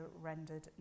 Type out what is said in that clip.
rendered